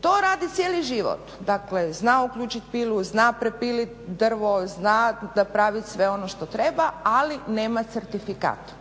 To radi cijeli život. Dakle, zna uključit pilu, zna prepilit drvo, zna napravit sve ono što treba ali nema certifikat.